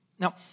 Now